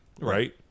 Right